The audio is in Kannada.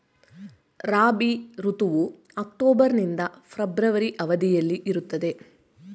ರಾಬಿ ಋತುವು ಅಕ್ಟೋಬರ್ ನಿಂದ ಫೆಬ್ರವರಿ ಅವಧಿಯಲ್ಲಿ ಇರುತ್ತದೆ